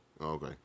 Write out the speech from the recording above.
Okay